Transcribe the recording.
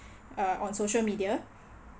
uh on social media